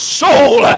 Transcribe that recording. soul